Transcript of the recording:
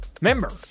member